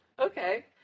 Okay